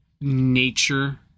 nature